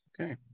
Okay